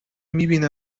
میبینه